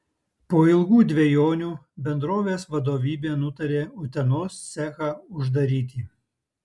po ilgų dvejonių bendrovės vadovybė nutarė utenos cechą uždaryti